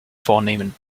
vornehmen